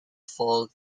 fold